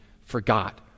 forgot